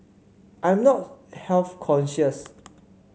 I'm not health conscious